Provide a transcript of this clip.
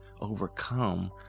overcome